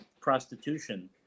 prostitution